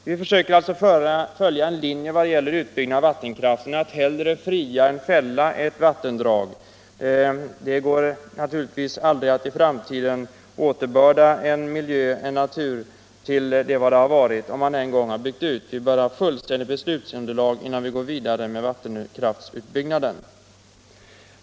Vi försöker alltså följa en linje vad gäller utbyggnad av vattenkraften — att hellre fria än fälla ett vattendrag. Det går naturligtvis aldrig att i framtiden återbörda en natur till vad den har varit, om man en gång har byggt ut. Vi bör ha fullständigt beslutsunderlag innan vi går vidare med vattenkraftsutbyggnaden.